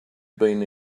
been